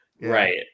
right